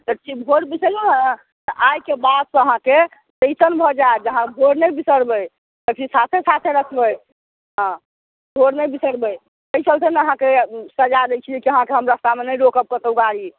तऽ ची घर बिसरि तऽ आइके बादसँ अहाँके जे हाँ घर नहि बिसरबै सभचीज साथे साथे रखबै हँ घर नहि बिसरबै अइ चलते ने अहाँके ई सजा दै छी कि अहाँके हम रास्तामे नहि रोकब कतौ गाड़ी